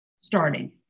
starting